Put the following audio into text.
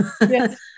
yes